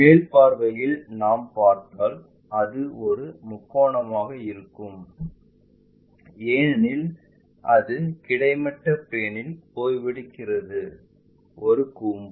மேல் பார்வையில் நாம் பார்த்தால் அது ஒரு முக்கோணமாக இருக்கும் ஏனெனில் அது கிடைமட்ட பிளேன்இல் ஓய்வெடுக்கும் ஒரு கூம்பு